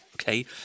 Okay